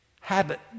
habit